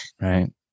right